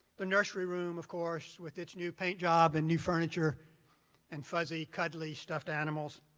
the nursery room, of course, with its new paint job and new furniture and fuzzy, cuddly stuffed animals.